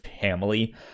family